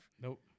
Nope